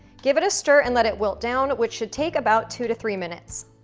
give it a stir and let it wilt down, which should take about two to three minutes.